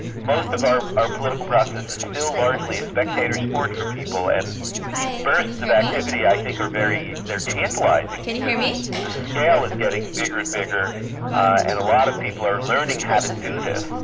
most of our our political process is still largely a spectator sport for people, and these bursts of activity i think are very tantalising because the scale is getting bigger and bigger and a lot of people are learning how to do this.